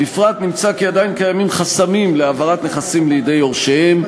בפרט נמצא כי עדיין קיימים חסמים להעברת נכסים לידי יורשיהם,